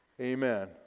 Amen